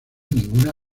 ninguna